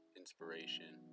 inspiration